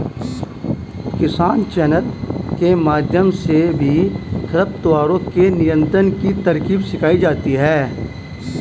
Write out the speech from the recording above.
किसान चैनल के माध्यम से भी खरपतवारों के नियंत्रण की तरकीब सिखाई जाती है